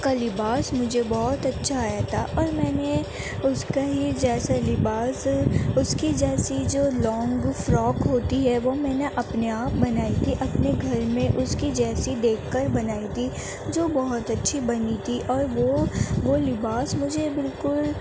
کا لباس مجھے بہت اچھا آیا تھا اور میں نے اس کا ہی جیسا لباس اس کے جیسی جو لانگ فراک ہوتی ہے وہ میں نے اپنے آپ بنائی تھی اپنے گھر میں اس کے جیسی دیکھ کر بنائی تھی جو بہت اچھی بنی تھی اور وہ وہ لباس مجھے بالکل